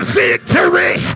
victory